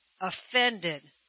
Offended